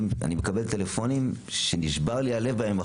אני מקבל טלפונים והלב נשבר לי.